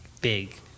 big